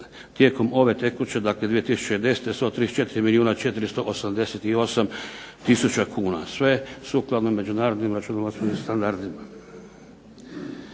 tijekom ove tekuće dakle 2010. 134 milijuna 488 tisuća kuna. Sve sukladno međunarodnim računovodstvenim standardima.